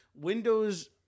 Windows